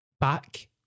Back